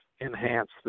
enhance